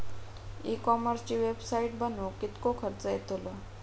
E कॉमर्सची website बनवक किततो खर्च येतलो?